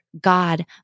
God